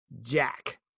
Jack